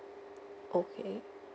okay